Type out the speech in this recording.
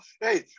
hey